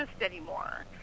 anymore